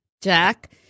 Jack